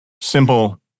simple